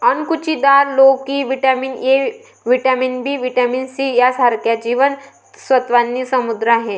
अणकुचीदार लोकी vitamin A, vitamin B, vitamin C यांसारख्या जीवन सत्त्वांनी समृद्ध आहे